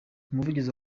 umuvugizi